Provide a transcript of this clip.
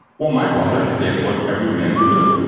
well, my brother did what every man would do.